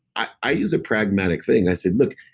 i i use a pragmatic thing. i said, look,